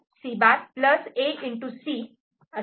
C' A